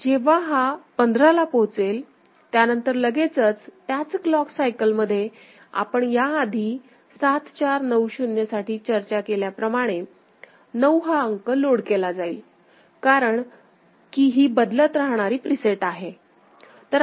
जेव्हा हा 15 ला पोहोचेल त्यानंतर लगेचच त्याच क्लॉक सायकल मध्ये आपण या आधी 7490साठी चर्चा केल्याप्रमाणे नऊ हा अंक लोड केला जाईल कारण कि बदलत राहणारी प्रीसेट आहे